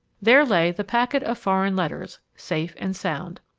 there lay the packet of foreign letters, safe and sound.